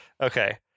Okay